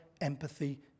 empathy